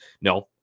No